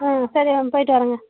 ஆ சரி நான் போய்ட்டு வர்றேன்ங்க